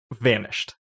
vanished